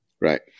right